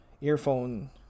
earphone